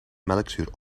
melkzuur